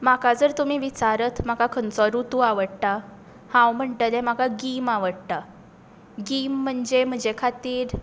म्हाका जर तुमी विचारत म्हाका खंयचो रुतू आवडटा हांव म्हणटलें म्हाका गीम आवडटा गीम म्हणजे म्हजे खातीर